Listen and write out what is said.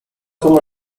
common